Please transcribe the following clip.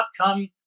outcome